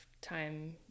time